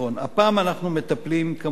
הפעם אנחנו מטפלים כמובן